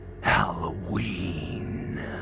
Halloween